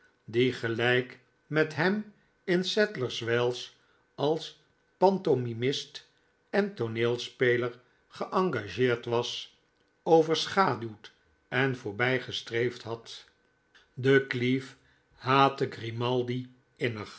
die gelijk met hem in sadlerswells als pantomimist en tooneelspeler geengageerd was overschaduwd en voorbijgestreefd had de cleave haatte grimaldi